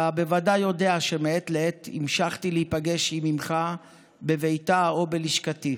אתה בוודאי יודע שמעת לעת המשכתי להיפגש עם אימך בביתה או בלשכתי.